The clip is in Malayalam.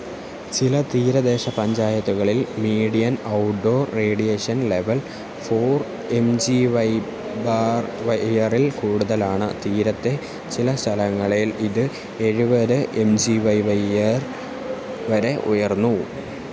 ചില തീരദേശ പഞ്ചായത്തുകളിൽ median outdoor radiation level four M G Y bar Y ആറിൽ കൂടുതലാണ് തീരത്തെ ചില സ്ഥലങ്ങളിൽ ഇത് എഴുപത് M G Y Y R വരെ ഉയർന്നു